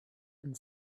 and